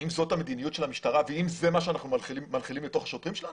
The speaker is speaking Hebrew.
האם זאת המדיניות של המשטרה והאם זה מה שאנחנו מנחילים לשוטרים שלנו?